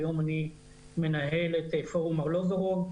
היום אני מנהל את פורום ארלוזורוב,